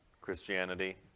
christianity